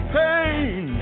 pain